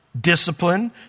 discipline